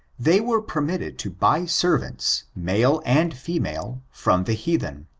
they were permitted to buy servants, male and female, from the heathen.